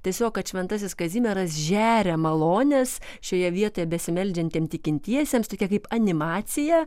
tiesiog kad šventasis kazimieras žeria malones šioje vietoje besimeldžiantiem tikintiesiems tokia kaip animacija